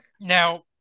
Now